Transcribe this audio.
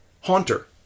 Haunter